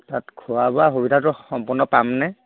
তাত খোৱা বোৱা সুবিধাটো সম্পূৰ্ণ পামনে